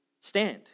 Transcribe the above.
stand